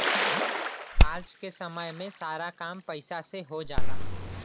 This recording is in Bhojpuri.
आज क समय में सारा काम पईसा से हो जाला